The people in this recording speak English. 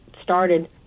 started